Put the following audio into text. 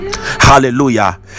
hallelujah